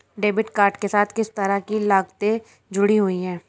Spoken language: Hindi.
डेबिट कार्ड के साथ किस तरह की लागतें जुड़ी हुई हैं?